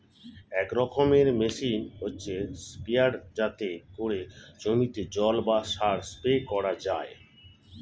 এক রকমের মেশিন হচ্ছে স্প্রেয়ার যাতে করে জমিতে জল বা সার স্প্রে করা যায়